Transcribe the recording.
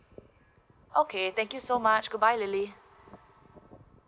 okay thank you so much goodbye lily